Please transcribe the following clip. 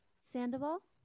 Sandoval